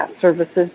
services